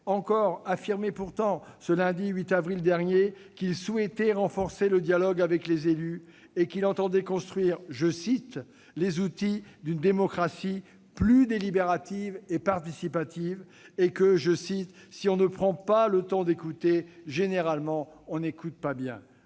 encore, affirmait pourtant, lundi 8 avril, qu'il souhaitait renforcer le dialogue avec les élus, et qu'il entendait construire « les outils d'une démocratie plus délibérative et participative ». Il ajoutait :« si on ne prend pas le temps d'écouter, généralement, on n'écoute pas bien.